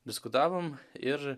diskutavom ir